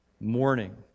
mourning